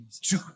two